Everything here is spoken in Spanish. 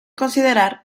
considerar